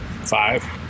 five